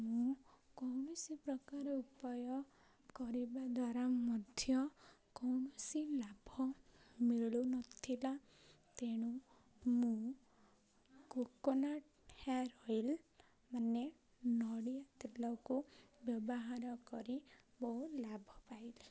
ମୁଁ କୌଣସି ପ୍ରକାର ଉପାୟ କରିବା ଦ୍ୱାରା ମଧ୍ୟ କୌଣସି ଲାଭ ମିଳୁନଥିଲା ତେଣୁ ମୁଁ କୋକୋନଟ୍ ହେୟାର୍ ଅଏଲ୍ ମାନେ ନଡ଼ିଆ ତେଲକୁ ବ୍ୟବହାର କରି ବହୁ ଲାଭ ପାଇଲି